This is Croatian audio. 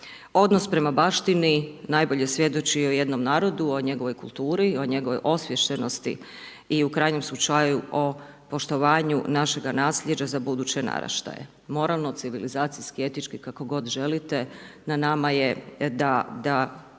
Odnos prema baštini, najbolji svjedoči o jednom narodu, o njegovoj kulturi, o njegovoj osviještenosti i u krajnjem slučaju, o poštovanju našega naslijeđa za buduće naraštaje, moralno, civilizacijski, etički, kako god želite na nama je da